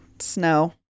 Snow